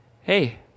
hey